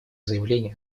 заявление